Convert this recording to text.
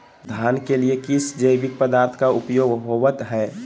धान के लिए किस जैविक पदार्थ का उपयोग होवत है?